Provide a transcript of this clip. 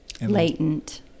Latent